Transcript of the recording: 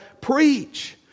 preach